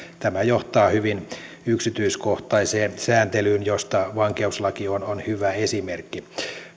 tämä johtaa hyvin yksityiskohtaiseen sääntelyyn josta vankeuslaki on on hyvä esimerkki